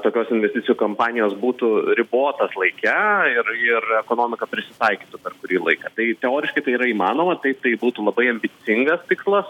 tokios investicijų kampanijos būtų ribotas laike ir ir ekonomika prisitaikytų per kurį laiką tai teoriškai tai yra įmanoma taip tai būtų labai ambicingas tikslas